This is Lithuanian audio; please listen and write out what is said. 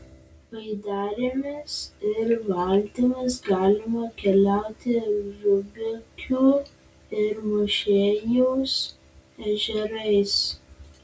baidarėmis ir valtimis galima keliauti rubikių ir mūšėjaus ežerais